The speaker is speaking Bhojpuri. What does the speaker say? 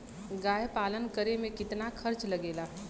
गाय पालन करे में कितना खर्चा लगेला?